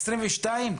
22',